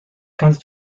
kannst